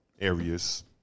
areas